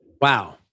Wow